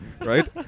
right